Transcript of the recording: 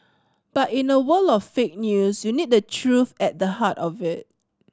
but in a world of fake news you need truth at the heart of it